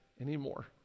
anymore